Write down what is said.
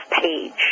page